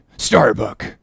Starbuck